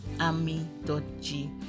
amy.g